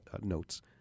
notes